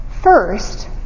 First